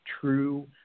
true